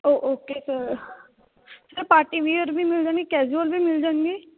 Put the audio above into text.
ਓ okay sir sir party wear ਵੀ ਮਿਲ ਜਾਣਗੇ ਕੈਜ਼ੂਅਲ ਵੀ ਮਿਲ ਜਾਣਗੇ